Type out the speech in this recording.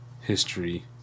History